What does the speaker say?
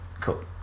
Cool